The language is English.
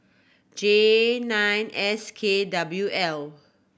J nine S K W L